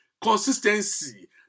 consistency